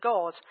God